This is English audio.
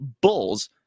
Bulls